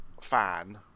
fan